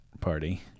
party